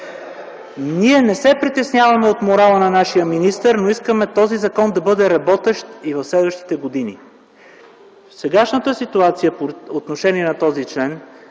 Ние не се притесняваме от морала на нашия министър, но искаме този закон да бъде работещ и в следващите години. При сегашната ситуация по отношение на този член